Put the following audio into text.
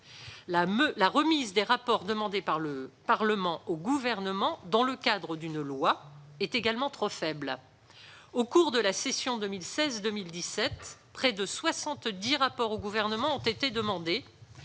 Les rapports demandés par le Parlement au Gouvernement dans le cadre d'une loi sont aussi trop rarement remis. Au cours de la session 2016-2017, près de 70 rapports au Gouvernement ont été demandés,